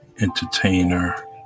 entertainer